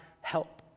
help